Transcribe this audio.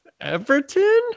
everton